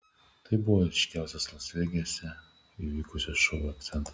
tai buvo ryškiausias las vegase įvykusio šou akcentas